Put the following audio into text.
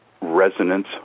resonance